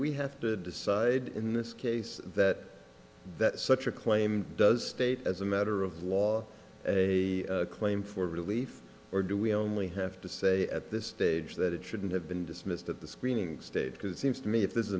we have to decide in this case that such a claim does state as a matter of law a claim for relief or do we only have to say at this stage that it shouldn't have been dismissed at the screening stage because it's to me if this is